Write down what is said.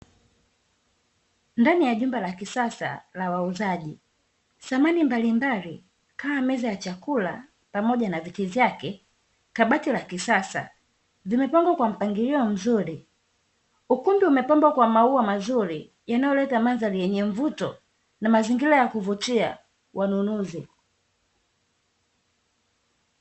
Ndani ya jumba la kisasa la wauzaji samani mbalimbali kama: meza ya chakula pamoja na viti vyake, kabati la kisasa, vimepangwa kwa mpangilio mzuri. Ukumbi umepambwa kwa maua mazuri yanayoleta mandhari yenye mvuto na mazingira ya kuvutia wanunuzi.